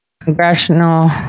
congressional